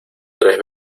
tres